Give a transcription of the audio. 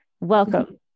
Welcome